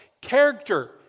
character